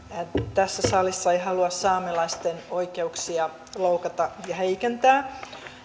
tässä salissa ei halua saamelaisten oikeuksia loukata ja heikentää